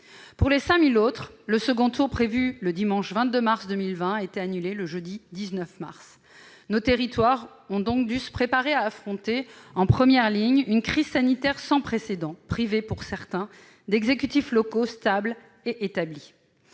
Pour les 5 000 autres, le second tour prévu le dimanche 22 mars 2020 a été annulé le jeudi 19 mars. Nos territoires ont donc dû se préparer à affronter en première ligne une crise sanitaire sans précédent, en étant privés, pour certains, d'un exécutif local stable et établi.